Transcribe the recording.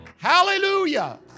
Hallelujah